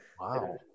Wow